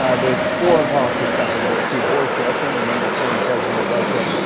ah there's foreign policy stuff in here to boris yeltsin your member former president of russia